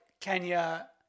Kenya